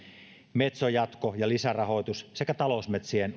metson jatko ja lisärahoitus sekä talousmetsien